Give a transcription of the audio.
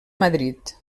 madrid